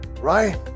right